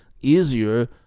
easier